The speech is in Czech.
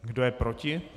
Kdo je proti?